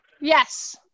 yes